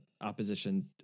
opposition